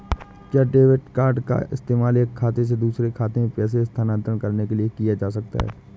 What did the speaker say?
क्या debit card का इस्तेमाल एक खाते से दूसरे खाते में पैसे स्थानांतरण करने के लिए किया जा सकता है?